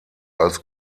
als